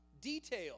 detail